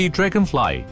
Dragonfly